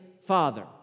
father